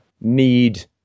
need